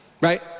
right